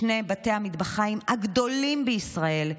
בשני בתי המטבחיים הגדולים בישראל,